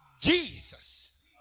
Jesus